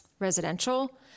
residential